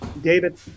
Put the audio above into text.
david